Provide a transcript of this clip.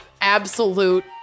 absolute